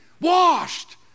washed